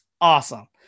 awesome